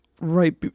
right